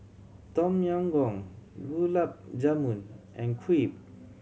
Tom Yam Goong Gulab Jamun and Crepe